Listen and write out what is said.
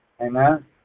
Amen